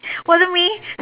was it me